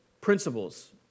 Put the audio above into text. principles